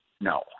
No